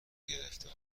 گرفته